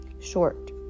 short